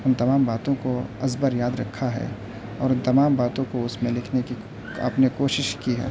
ان تمام باتوں کو ازبر یاد رکھا ہے اور ان تمام باتوں کو اس میں لکھنے کی آپ نے کوشش کی ہے